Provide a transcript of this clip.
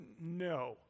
No